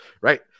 Right